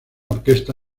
orquesta